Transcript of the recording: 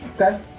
okay